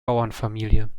bauernfamilie